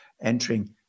entering